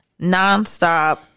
nonstop